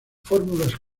fórmulas